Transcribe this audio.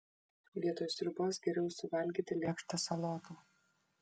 vietoj sriubos geriau suvalgyti lėkštę salotų